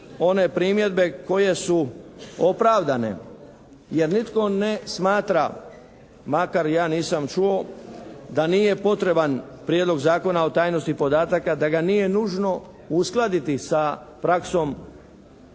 one primjedbe koje su opravdane jer nitko ne smatra, makar ja nisam čuo, da nije potreban Prijedlog Zakona o tajnosti podataka, da ga nije nužno uskladiti sa praksom